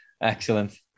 Excellent